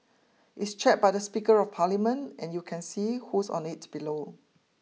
it's chaired by the Speaker of Parliament and you can see who's on it below